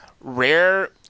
rare